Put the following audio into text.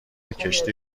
کشتی